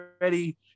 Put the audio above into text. ready